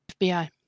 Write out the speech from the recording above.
FBI